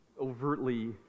overtly